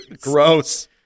gross